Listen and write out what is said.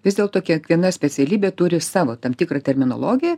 vis dėlto kiekviena specialybė turi savo tam tikrą terminologiją